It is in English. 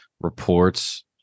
reports